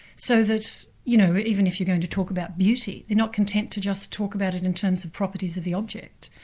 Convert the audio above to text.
so that you know even if you're going to talk about beauty, you're not content to just talk about it in terms of the properties of the object,